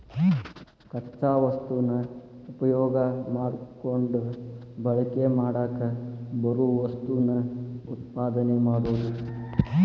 ಕಚ್ಚಾ ವಸ್ತುನ ಉಪಯೋಗಾ ಮಾಡಕೊಂಡ ಬಳಕೆ ಮಾಡಾಕ ಬರು ವಸ್ತುನ ಉತ್ಪಾದನೆ ಮಾಡುದು